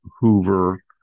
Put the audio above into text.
Hoover